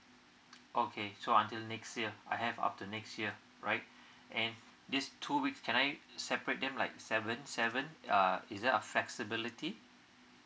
okay so until next year I have up to next year right and these two weeks can I separate them like seven seven uh is there a flexibility